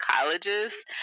colleges